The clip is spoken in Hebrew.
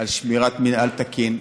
בשמירת מינהל תקין.